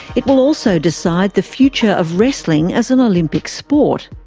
it will also decide the future of wrestling as an olympic sport.